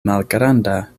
malgranda